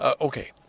Okay